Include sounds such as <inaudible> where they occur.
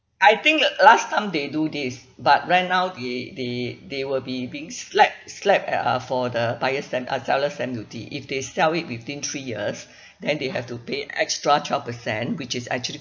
I think uh last time they do this but right now they they they will be being slapped slapped at uh for the buyer stamp uh seller stamp duty if they sell it within three years <breath> then they have to pay extra twelve percent which is actually